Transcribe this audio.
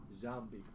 zombie